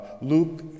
Luke